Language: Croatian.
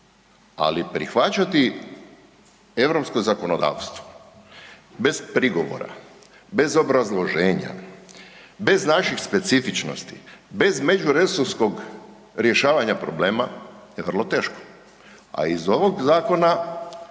ali prihvaćati europsko zakonodavstvo bez prigovora, bez obrazloženja, bez naših specifičnosti, bez međuresorskog rješavanja problema je vrlo teško, a iz ovog zakona